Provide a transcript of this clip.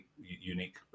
unique